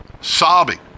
sobbing